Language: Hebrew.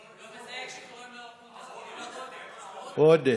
הוא לא מזהה כשקוראים לו עודָה, עודֶה.